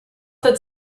that